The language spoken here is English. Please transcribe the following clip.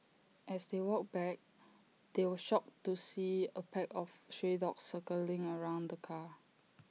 as they walked back they were shocked to see A pack of stray dogs circling around the car